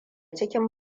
cikin